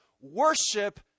worship